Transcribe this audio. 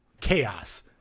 chaos